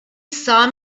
saw